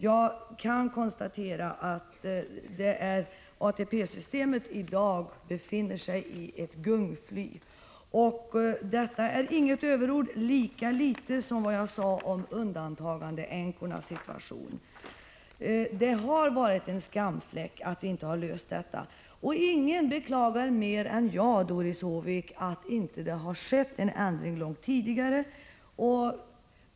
Jag kan konstatera att ATP-systemet i dag befinner sig i ett gungfly. Detta är inget överord, lika litet som vad jag sade om undantagandeänkornas situation var några överord. Det har varit en skamfläck att vi inte har löst frågan om ”undantagandeänkorna.” Ingen beklagar mer än jag, Doris Håvik, att det inte har skett en ändring långt tidigare.